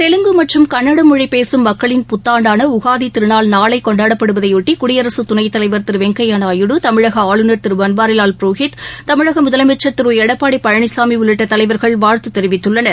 தெலுங்கு மற்றும் கன்னடம் மொழி பேசும் மக்களின் புத்தாண்டான உகாதி திருநாள் நாளை கொண்டாடப்படுவதையொட்டி குடியரத் துணைத் தலைவர் திரு வெங்கய்யா நாயுடு தமிழக ஆளுநர் திரு பன்வாரிலால் புரோஹித் தமிழக முதலமைச்சர் திரு எடப்பாடி பழனிசாமி உள்ளிட்ட தலைவர்கள் வாழ்த்து தெரிவித்துள்ளனர்